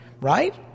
right